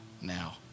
now